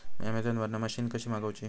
Amazon वरन मशीन कशी मागवची?